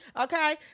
Okay